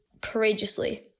courageously